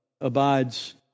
abides